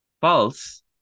False